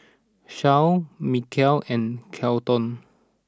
Charle Mykel and Kelton